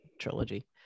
trilogy